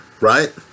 right